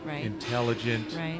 intelligent